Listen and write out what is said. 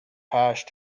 hash